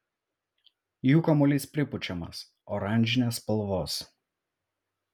jų kamuolys pripučiamas oranžinės spalvos